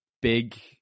big